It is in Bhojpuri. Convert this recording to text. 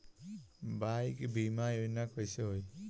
बाईक बीमा योजना कैसे होई?